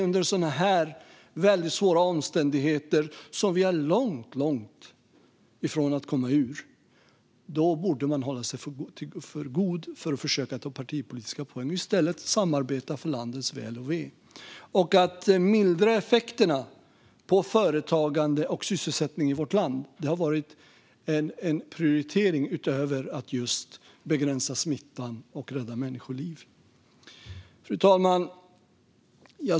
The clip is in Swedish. Under sådana väldigt svåra omständigheter som dessa, som vi är långt ifrån att komma ur, borde man hålla sig för god för att försöka ta partipolitiska poäng och i stället samarbeta för landets väl och ve. Utöver att begränsa smittan och rädda människoliv har vi haft som prioritering att mildra effekterna på företagande och sysselsättning i vårt land.